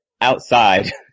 outside